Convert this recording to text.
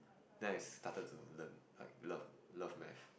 then I started to learn like love love math